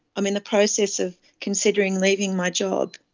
i'm in the process of considering leaving my job.